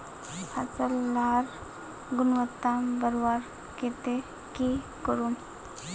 फसल लार गुणवत्ता बढ़वार केते की करूम?